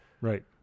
Right